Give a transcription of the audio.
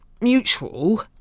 mutual